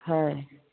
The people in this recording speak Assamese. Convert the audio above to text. হয়